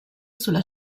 sulla